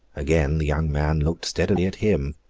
again the young man looked steadily at him.